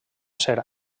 ser